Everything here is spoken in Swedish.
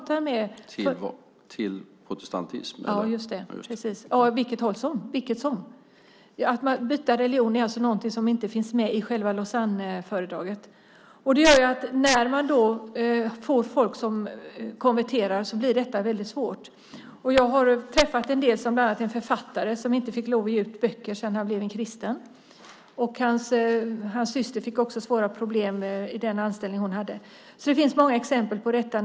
: Till protestantism?) Ja, just det, och åt vilket håll som helst. Att byta religion är något som inte finns med i själva Lausannefördraget. Det gör att när man får folk som konverterar blir det väldigt svårt. Jag har träffat en del, bland annat en författare som inte fick lov att ge ut böcker sedan han blev kristen. Hans syster fick också svåra problem i den anställning hon hade. Det finns alltså många exempel på detta.